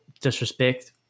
disrespect